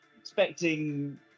expecting